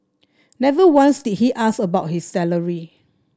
never once did he ask about his salary